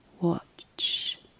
watch